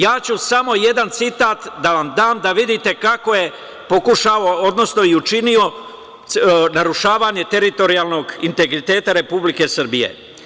Ja ću samo jedan citat da vam dam, da vidite kako je pokušavao, odnosno i učinio narušavanje teritorijalnog integriteta Republike Srbije.